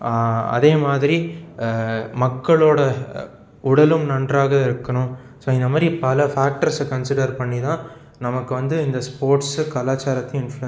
அதே மாதிரி மக்களோட உடலும் நன்றாக இருக்கணும் ஸோ இந்த மாதிரி பல ஃபேக்டர்ஸை கன்சிடர் பண்ணி தான் நமக்கு வந்து இந்த ஸ்போர்ட்ஸ் கலாச்சாரத்தையும் இன்ஃப்ளூயன்ஸ்